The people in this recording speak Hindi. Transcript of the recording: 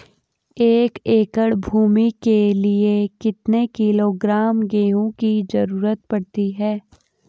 एक एकड़ भूमि के लिए कितने किलोग्राम गेहूँ की जरूरत पड़ती है?